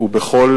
ובכל